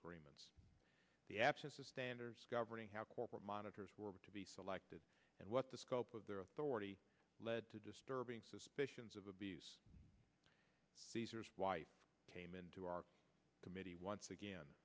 agreements the standards governing how corporate monitors were to be selected and what the scope of their authority led to disturbing suspicions of abuse caesar's wife came into our committee once again